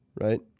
right